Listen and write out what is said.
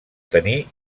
tenir